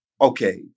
okay